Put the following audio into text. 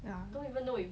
ya